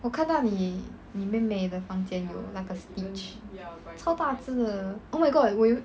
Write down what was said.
我看到你你妹妹的房间有 like 那个 stitch 超大只的 oh my god 我有